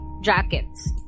jackets